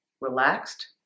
Relaxed